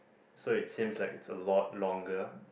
so it seems like it's a lot longer